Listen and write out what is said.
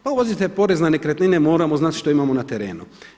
Pa uvodite porez na nekretnine, moramo znati šta imamo na terenu.